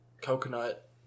coconut